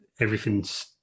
everything's